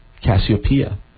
Cassiopeia